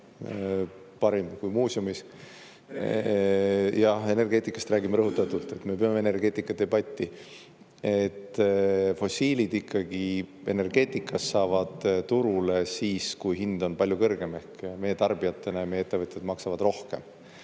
parim, kui muuseumis, jah, energeetikast räägime, rõhutatult, et me peame energeetikadebatti, fossiilid ikkagi energeetikas saavad turule siis, kui hind on palju kõrgem, ehk meie tarbijatena ja meie ettevõtjad maksavad rohkem.